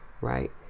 right